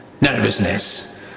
nervousness